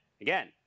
again